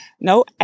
no